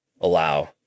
allow